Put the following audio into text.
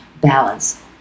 balance